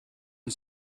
and